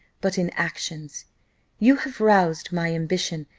but in actions you have roused my ambition,